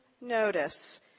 notice